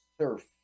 Surf